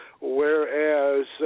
whereas